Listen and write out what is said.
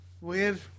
Weird